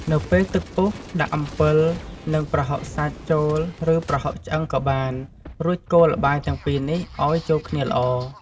នៅពេលទឹកពុះដាក់អំពិល និង ប្រហុកសាច់ចូលឫប្រហុកឆ្អឺងក៏បាន រួចកូរល្បាយទាំងពីរនេះឲ្យចូលគ្នាល្អ។